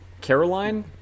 caroline